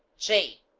j.